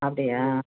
அப்படியா